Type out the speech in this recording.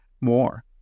more